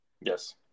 Yes